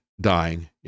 dying